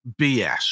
BS